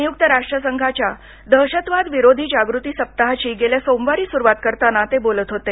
संयक्त राष्ट्रसंघाच्या दहशतवाद विरोधी जागृती सप्ताहाची गेल्या सोमवारी सुरुवात करताना ते बोलत होते